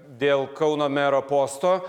dėl kauno mero posto